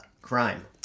crime